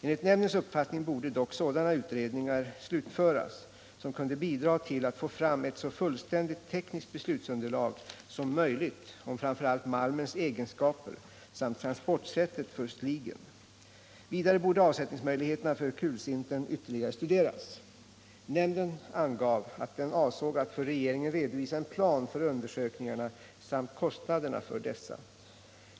Enligt nämndens uppfattning borde dock sådana utredningar slutföras som kunde bidra till att få fram ett så fullständigt tekniskt beslutsunderlag som möjligt om framför allt malmens egenskaper samt transportsättet för sligen. Vidare borde avsättningsmöjligheterna för kulsintern ytterligare studeras. Nämnden angav att den avsåg att för regeringen redovisa en plan för undersökningarna samt kostnaderna för dessa.